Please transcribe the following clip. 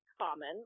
common